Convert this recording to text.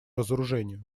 разоружению